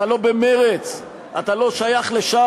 אתה לא במרצ, אתה לא שייך לשם.